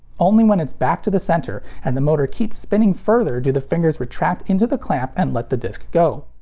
only when it's back to the center and the motor keeps spinning further do the fingers retract into the clamp and let the disc go.